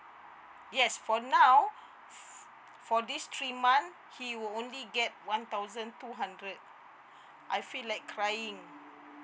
yes for now for this three month he will only get one thousand two hundred I feel like crying